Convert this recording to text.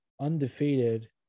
undefeated